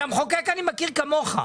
את המחוקק אני מכיר כמוך,